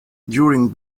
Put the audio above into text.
during